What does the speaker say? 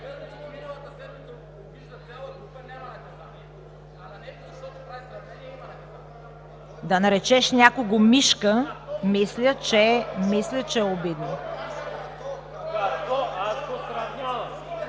Да наречеш някого мишка, мисля, че е обида.